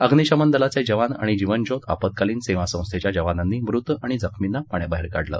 अग्निशमन दलाचे जवान आणि जीवनज्योत आपतकालीन सेवा संस्थेच्या जवानांनी मृत आणि जखमींना पाण्याबाहेर काढलं